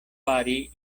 fari